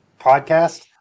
podcast